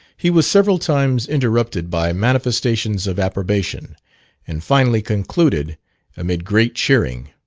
he was several times interrupted by manifestations of approbation and finally concluded amid great cheering.